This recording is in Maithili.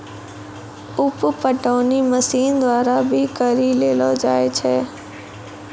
उप पटौनी मशीन द्वारा भी करी लेलो जाय छै